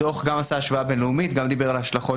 הדוח עשה השוואה בין-לאומית וגם דיבר על ההשלכות